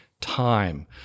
time